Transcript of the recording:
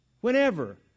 whenever